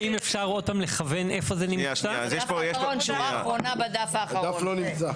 שנייה, יש פה